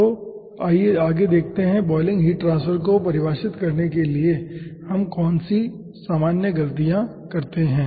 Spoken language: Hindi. तो आइए आगे देखते हैं बॉयलिंग हीट ट्रांसफर को परिभाषित करते समय हम कौन सी सामान्य गलतियाँ करते हैं